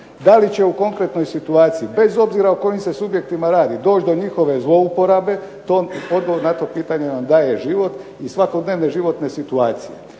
Da li će u konkretnoj situaciji bez obzira o kojim se subjektima radi doći do njihove zlouporabe odgovor na to pitanje nam daje život i svakodnevne životne situacije.